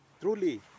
Truly